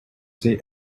say